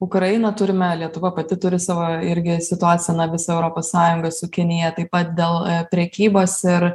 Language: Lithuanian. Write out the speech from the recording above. ukrainą turime lietuva pati turi savo irgi situaciją na visa europos sąjunga su kinija taip pat dėl prekybos ir